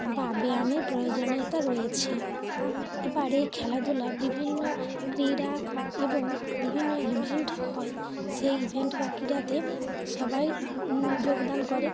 বা ব্যায়ামের প্রয়োজনীয়তা রয়েছে এবারে খেলাধুলা বিভিন্ন ক্রীড়া এবং বিভিন্ন ইভেন্ট হয় সেই ইভেন্ট বা ক্রীড়াতে সবাই যোগদান করে